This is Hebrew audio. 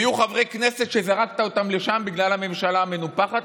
ויהיו חברי כנסת שזרקת אותם לשם בגלל הממשלה המנופחת?